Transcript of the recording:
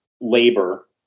labor